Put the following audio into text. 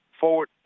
forward